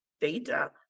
data